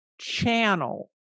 channel